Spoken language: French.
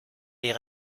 les